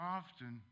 often